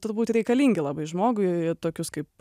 turbūt reikalingi labai žmogui tokius kaip